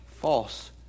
false